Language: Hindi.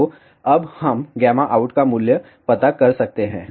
तो हम अब out का मूल्य पता कर सकते हैं